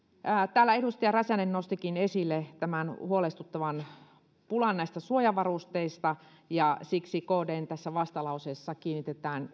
täällä edustaja räsänen nostikin esille tämän huolestuttavan pulan suojavarusteista ja siksi tässä kdn vastalauseessa kiinnitetään